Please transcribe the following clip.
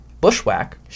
bushwhack